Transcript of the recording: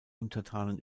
untertanen